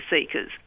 Seekers